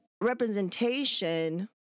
representation